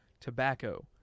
tobacco